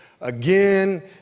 again